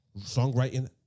songwriting